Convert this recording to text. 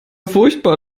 furchtbar